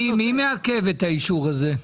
מי מעכב את האישור הזה?